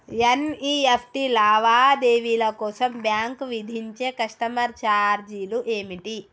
NEFT లావాదేవీల కోసం bank విధించే కస్టమర్ ఛార్జీలు ఏమిటి?